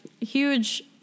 huge